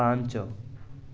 ପାଞ୍ଚ